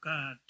God